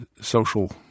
social